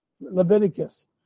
Leviticus